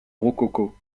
rococo